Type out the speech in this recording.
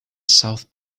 south